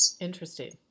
Interesting